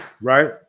right